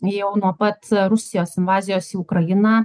jau nuo pat rusijos invazijos į ukrainą